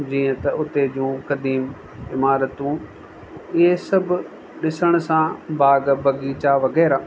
जीअं त उते जूं कदीम इमारतूं ईए सब ॾिसण सां बाग बगीचा वग़ैरह